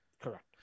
Correct